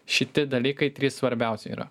šiti dalykai trys svarbiausia yra